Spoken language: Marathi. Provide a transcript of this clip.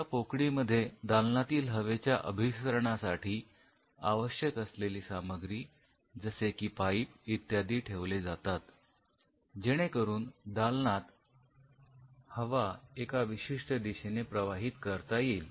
या पोकळीमध्ये दालनातील हवेच्या अभिसरणासाठी आवश्यक असलेली सामग्री जसे की पाईप इत्यादी ठेवली जातात जेणे करून दालनात हवा एका विशिष्ठ दिशेने प्रवाहित करता येईल